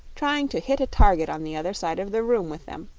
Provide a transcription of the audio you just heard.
trying to hit a target on the other side of the room with them.